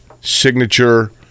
Signature